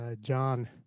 John